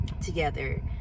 together